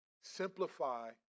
Simplify